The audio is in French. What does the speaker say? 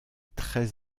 très